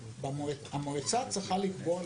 המועצה צריכה לקבוע,